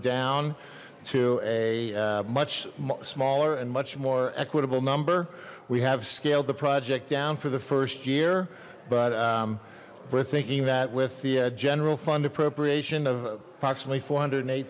down to a much smaller and much more equitable number we have scaled the project down for the first year but we're thinking that with the general fund appropriation of approximately four hundred and eight